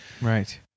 Right